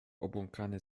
obłąkany